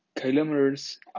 kilometers